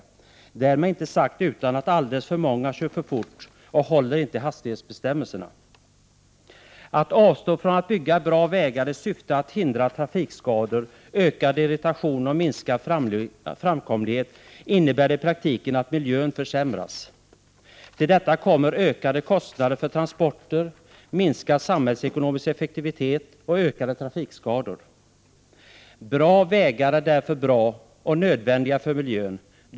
Med detta vill jag inte säga att inte alldeles för många kör för fort och inte följer hastighetsbestämmelserna. Att avstå från att bygga bra vägar, som minskar trafikskadorna, dämpar irritationen och ökar framkomligheten, innebär i praktiken att miljön försämras. Till detta kommer ökade kostnader för transport, minskad samhällsekonomisk effektivitet och ökade trafikskador. Bra vägar är därför bra och nödvändiga för miljön.